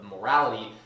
morality